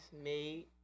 made